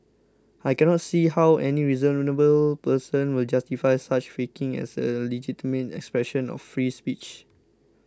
I cannot see how any reasonable person will justify such faking as a legitimate expression of free speech